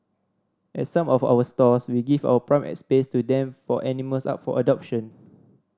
at some of our stores we give out prime space to them for animals up for adoption